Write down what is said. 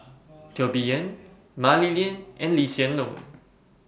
Teo Bee Yen Mah Li Lian and Lee Hsien Loong